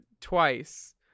twice